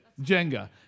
Jenga